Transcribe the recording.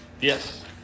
Yes